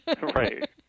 Right